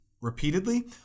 repeatedly